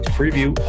preview